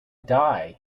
die